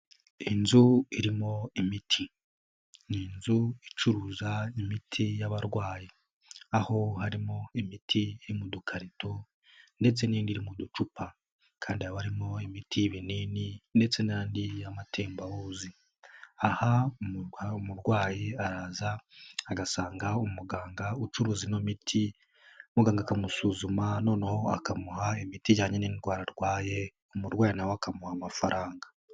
Inzu irimo imiti, ni inzu icuruza imiti y'abarwayi aho harimo imiti iri mu dukarito ndetse n'indi iri mu ducupa kandi haba harimo imiti y'ibinini ndetse n'andi y'amatembabuzi, aha umurwayi araza agasanga umuganga ucuruza ino miti muganga akamusuzuma noneho akamuha imiti ijyanye n'indwara arwaye, umurwayi na we akamuha amafaranga.